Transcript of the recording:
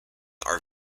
are